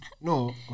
No